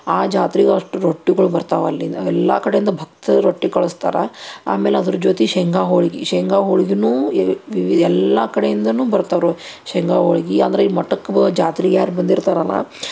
ಆ ಜಾತ್ರೆ ಅಷ್ಟು ರೊಟ್ಟಿಗಳು ಬರ್ತಾವೆ ಅಲ್ಲಿಂದ ಎಲ್ಲ ಕಡೆಯಿಂದ ಭಕ್ತರು ರೊಟ್ಟಿ ಕಳ್ಸ್ತಾರೆ ಆಮೇಲೆ ಅದ್ರ ಜೊತೆ ಶೇಂಗಾ ಹೋಳ್ಗೆ ಶೇಂಗಾ ಹೋಳ್ಗೆನೂ ವಿವಿ ಎಲ್ಲ ಕಡೆಯಿಂದನೂ ಬರ್ತಾವ್ರ ಶೇಂಗಾ ಹೋಳ್ಗೆ ಅಂದ್ರೆ ಈ ಮಠಕ್ಕೆ ಜಾತ್ರಿಗೆ ಯಾರು ಬಂದಿರ್ತಾರಲ್ಲ